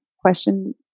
question